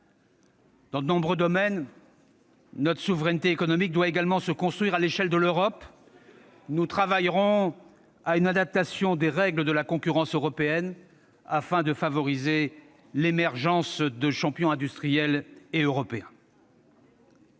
Dans de nombreux domaines, notre souveraineté économique doit également se construire à l'échelle de l'Europe. Nous travaillerons à une adaptation des règles de la concurrence européenne, afin de favoriser l'émergence de champions industriels européens.